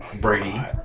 Brady